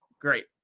Great